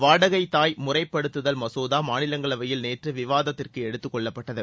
வாடகைத் தாய் முறைப்படுத்துதல் மசோதா மாநிலங்களவையில் நேற்று விவாதத்திற்கு எடுத்துக் கொள்ளப்பட்டது